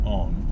on